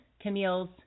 Camille's